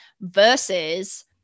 versus